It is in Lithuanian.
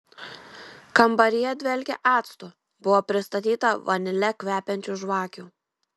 kambaryje dvelkė actu buvo pristatyta vanile kvepiančių žvakių